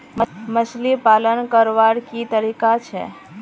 मछली पालन करवार की तरीका छे?